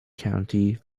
county